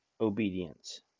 Obedience